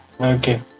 okay